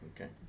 okay